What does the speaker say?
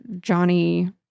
Johnny